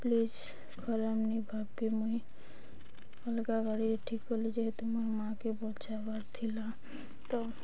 please ଖରାପ୍ ନି ଭାବ୍ ବେ ମୁଇଁ ଅଲଗା ଗାଡ଼ିରେ ଠିକ୍ କଲି ଯେହେତୁ ମୋ ମାଆକେ ବଞ୍ଚାବାର୍ ଥିଲା ତ